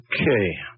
Okay